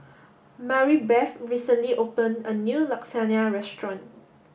Maribeth recently open a new Lasagna restaurant